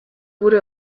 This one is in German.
wurde